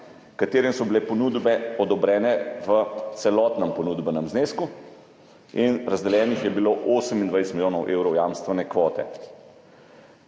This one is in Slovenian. ki so jim bile ponudbe odobrene v celotnem ponudbenem znesku, in razdeljenih je bilo 28 milijonov evrov jamstvene kvote.